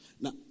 Now